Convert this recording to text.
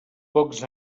pocs